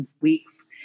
weeks